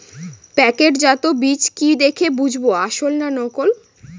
প্যাকেটজাত বীজ কি দেখে বুঝব আসল না নকল?